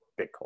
Bitcoin